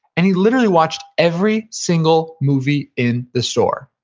and he literally watched every single movie in the store.